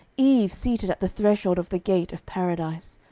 eve seated at the threshold of the gate of paradise,